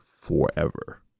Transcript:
forever